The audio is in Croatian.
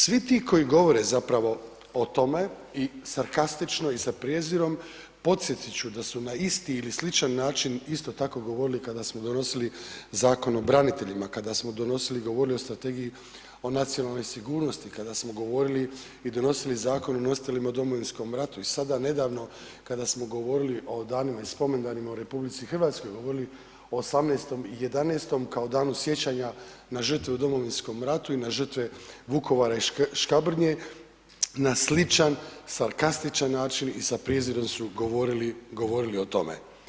Svi ti koji govore zapravo o tome i sarkastično i sa prijezirom podsjetit ću da su na isti ili sličan način isto tako govorili kada smo donosili Zakon o braniteljima, kada smo donosili, govorili o strategiji o nacionalnoj sigurnosti, kada smo govorili i donosili Zakon o nestalima u Domovinskom ratu i sada nedavno kada smo govorili o danima i spomendanima u RH, govorili o 18. 11. kao Danu sjećanja ne žrtve u Domovinskom ratu i na žrtve Vukovara i Škabrnje, na sličan sarkastičan način i sa prijezirom su govorili o tome.